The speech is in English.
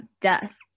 death